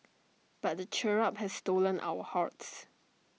but the cherub has stolen our hearts